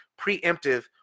preemptive